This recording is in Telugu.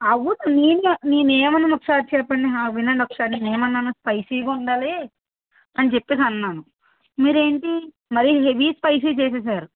అవును నేను ఎ నేను ఏమన్నాను ఒకసారి చెప్పండి వినండి ఒకసారి నేను ఏమన్నాను స్పైసీగా ఉండాలి అని చెప్పేసి అన్నాను మీరేంటి మరి హెవీ స్పైసీ చేసేసారు